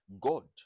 God